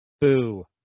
Boo